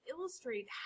illustrate